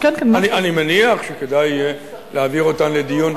אני מניח שכדאי יהיה להעביר אותן לדיון,